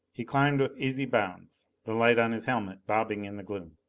he climbed with easy bounds, the light on his helmet bobbing in the gloom.